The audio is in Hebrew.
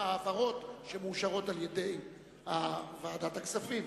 העברות שמאושרות על-ידי ועדת הכספים.